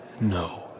no